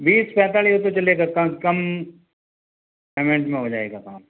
बीस पैंतालिस पे चलेगा क कम पेमेंट में हो जाएगा काम